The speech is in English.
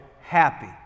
happy